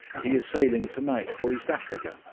he is sailing tonight for east africa,